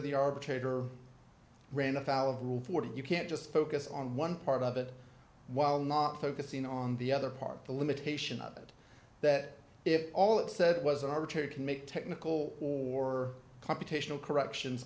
the arbitrator ran afoul of rule forty you can't just focus on one part of it while not focusing on the other part the limitation of it that if all it said was arbitrary can make technical or computational corrections